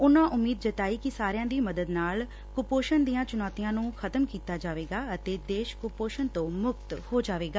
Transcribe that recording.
ਉਨੂਾ ਉਮੀਦ ਜਤਾਈ ਕਿ ਸਾਰਿਆਂ ਦੀ ਮਦਦ ਨਾਲ ਕੁਪੋਸ਼ਣ ਦੀਆਂ ਚੁਣੌਤੀਆਂ ਨੂੰ ਖਤਮ ਕੀਤਾ ਜਾਵੇਗਾ ਅਤੇ ਦੇਸ਼ ਕੁਪੋਸ਼ਣ ਤੋਂ ਮੁਕਤ ਹੋ ਜਾਵੇਗਾ